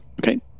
Okay